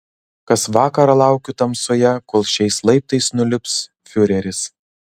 kas vakarą laukiu tamsoje kol šiais laiptais nulips fiureris